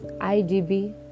IGB